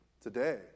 today